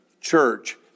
church